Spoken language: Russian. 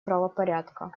правопорядка